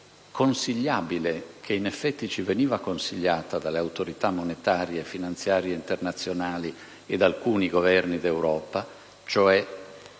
consigliabile, che in effetti ci veniva consigliata dalle autorità monetarie e finanziarie internazionali nonché da alcuni Governi d'Europa. In